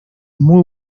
muy